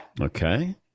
Okay